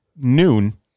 noon